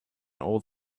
old